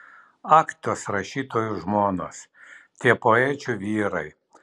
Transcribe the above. ak tos rašytojų žmonos tie poečių vyrai